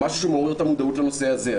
מה שמעורר את המודעות לנושא הזה.